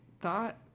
thought